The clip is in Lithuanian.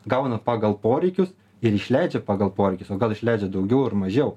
gauna pagal poreikius ir išleidžia pagal poreikius o gal išleidžia daugiau ar mažiau